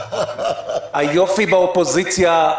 היופי באופוזיציה,